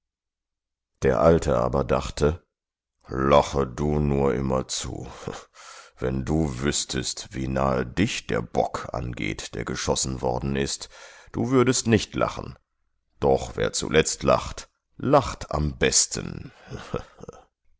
der alte aber dachte lache du nur immer zu wenn du wüßtest wie nahe dich der bock angeht der geschossen worden ist du würdest nicht lachen doch wer zuletzt lacht lacht am besten